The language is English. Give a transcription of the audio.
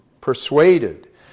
persuaded